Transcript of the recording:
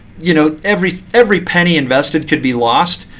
you know every every penny invested could be lost.